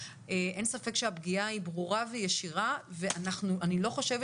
אין ספק שהפגיעה היא ברורה וישירה ואני לא חושבת